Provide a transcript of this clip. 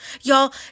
Y'all